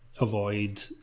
avoid